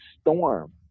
Storm